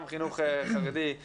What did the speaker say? גם חינוך חרדי,